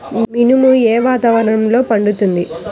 మినుము ఏ వాతావరణంలో పండుతుంది?